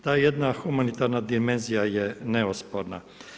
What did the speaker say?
Ta jedna humanitarna dimenzija je neosporna.